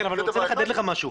כן, אבל אני רוצה לחדד לך משהו.